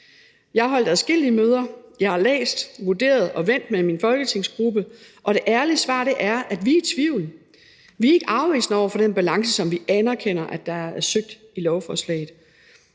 Jeg har holdt adskillige møder, jeg har læst, vurderet og vendt det med min folketingsgruppe, og det ærlige svar er, at vi er i tvivl. Vi er ikke afvisende over for den balance, som vi anerkender der er søgt i lovforslaget.